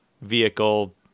vehicle